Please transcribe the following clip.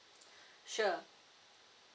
sure